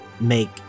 make